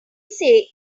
say